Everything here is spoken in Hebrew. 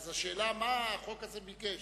השאלה, מה החוק הזה ביקש,